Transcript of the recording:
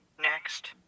Next